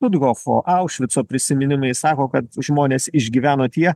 vudvofo aušvico prisiminimai sako kad žmonės išgyveno tie